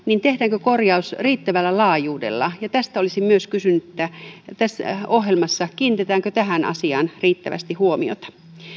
tehdäänkö korjaus riittävällä laajuudella tästä olisin myös kysynyt kiinnitetäänkö tässä ohjelmassa tähän asiaan riittävästi huomiota